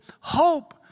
hope